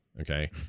Okay